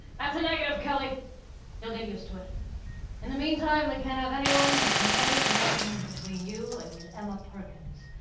that's a negative, kelly you'll get used to it in the meantime, we can't have anyone making any connections between you and emma perkins,